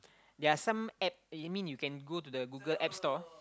there're some App you mean you can go to the Google App Store